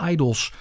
Idols